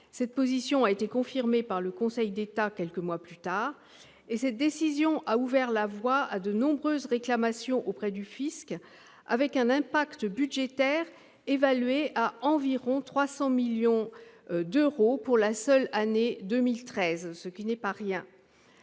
Cette décision a été confirmée par le Conseil d'État quelques mois plus tard et a ouvert la voie à de nombreuses réclamations auprès du fisc, dont l'impact budgétaire est évalué à environ 300 millions d'euros pour la seule année 2013, ce qui n'est pas rien.